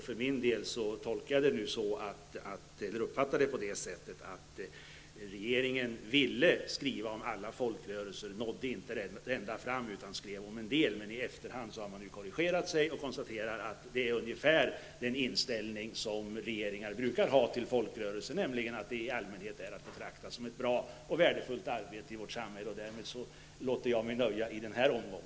För min del tolkar jag nu det så att regeringen avsåg alla folkrörelser, men att man inte nådde ända fram utan omnämnde en del. I efterhand har man gjort en korrigering. Man har ungefär den inställning som regeringar brukar ha till folkrörelser, nämligen att de i allmänhet gör ett bra och värdefullt arbete i vårt samhälle. Därmed låter jag mig nöja i denna omgång.